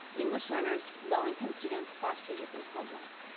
english learners, low-income students, foster youth and homeless.